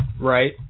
Right